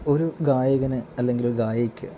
ഒരു ഗായകന് അല്ലെങ്കില് ഒരു ഗായികയ്ക്ക്